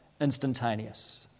instantaneous